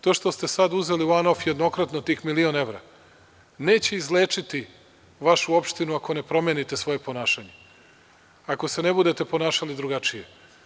To što ste sada uzeli jednokratno tih milion evra neće izlečiti vašu opštinu ako ne promenite svoje ponašanje, ako se ne budete ponašali drugačije.